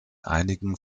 einigen